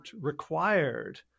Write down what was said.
required